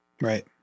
Right